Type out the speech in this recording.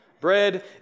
Bread